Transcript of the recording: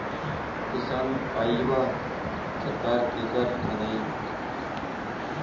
किसान कार्डवा सरकार केकर बनाई?